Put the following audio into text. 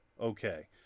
okay